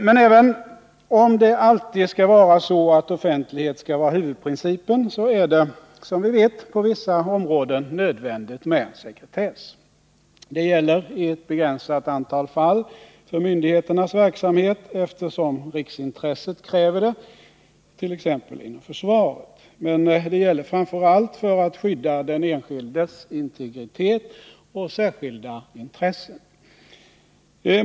Men även om det alltid skall vara så att offentligheten skall vara huvudprincipen så är det, som vi vet, på vissa områden nödvändigt med sekretess. Det gäller i ett begränsat antal fall för myndigheternas verksamhet eftersom riksintresset kräver det, t.ex. inom försvaret. Men det gäller framför allt för att skydda den enskildes integritet och särskilda intressen.